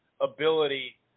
ability